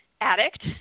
addict